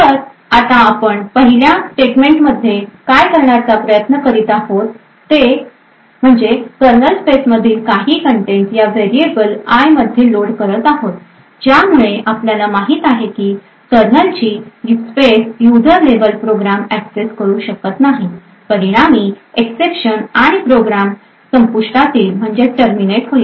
तर आता आपण पहिल्या स्टेटमेंटमध्ये काय करण्याचा प्रयत्न करीत आहोत ते कर्नल स्पेसमधील काही कन्टेन्ट या व्हेरिएबल i मध्ये लोड करत आहोत ज्यामुळे आपल्याला माहित आहे की कर्नलची space user level program access करू शकत नाही परिणामी एक्सेप्शन आणि प्रोग्राम संपुष्टात येईल